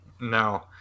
No